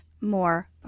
more